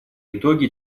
итоги